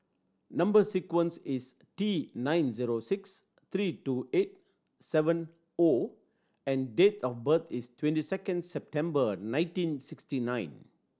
number sequence is T nine zero six three two eight seven O and date of birth is twenty second September nineteen sixty nine